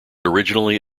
originally